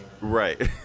Right